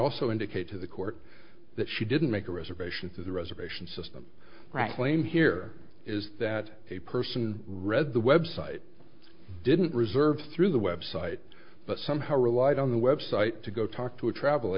also indicate to the court that she didn't make a reservation to the reservation system right claim here is that a person read the website didn't reserve through the website but somehow relied on the website to go talk to a travel